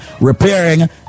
repairing